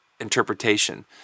interpretation